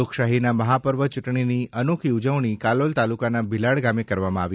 લોકશાહીના મહાપર્વ ચૂંટણીની અનોખી ઉજવણી કાલોલ તાલુકાના ભિલાડ ગામે કરવામાં આવી